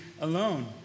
alone